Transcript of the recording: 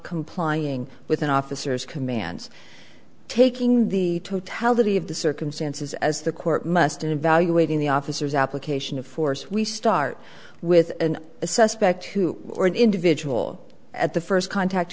complying with an officer's commands taking the totality of the circumstances as the court must in evaluating the officer's application of force we start with an a suspect or an individual at the first contact